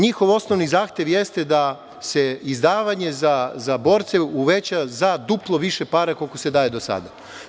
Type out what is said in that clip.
Njihov osnovni zahtev jeste da se izdavanje za borce uveća za duplo više para koliko se daje do sada.